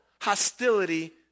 hostility